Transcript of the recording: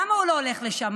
למה הוא לא הולך לשם?